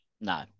No